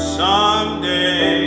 someday